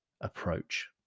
approach